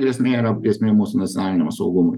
grėsmė yra grėsmė mūsų nacionaliniam saugumui